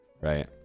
right